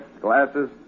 glasses